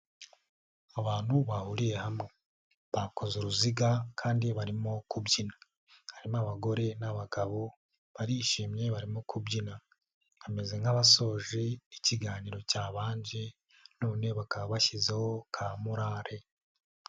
Abantu bahuriye hamwe bakoze uruziga kandi barimo kubyina, harimo abagore n'abagabo barishimye barimo kubyina bameze nk'abasoje, ikiganiro cyabanje none bakaba bashyizeho ka morale.